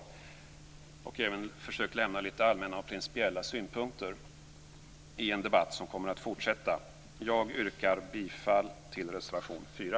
Jag har även försökt lämna litet allmänna och principiella synpunkter i en debatt som kommer att fortsätta. Jag yrkar bifall till reservation 4.